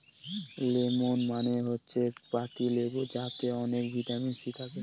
lemon মানে হচ্ছে পাতি লেবু যাতে অনেক ভিটামিন সি থাকে